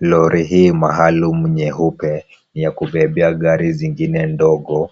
Lori hii maalum nyeupe, ni ya kubebea gari zingine ndogo